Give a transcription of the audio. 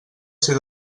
ser